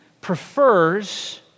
prefers